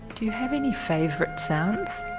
do you have any favourite sounds?